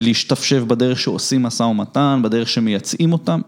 ‫להשתפשף בדרך שעושים ‫מסע ומתן, בדרך שמייצאים אותם.